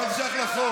מה זה שייך לחוק?